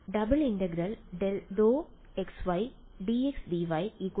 അതിനാൽ ∫∫δxydxdy 1